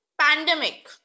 pandemic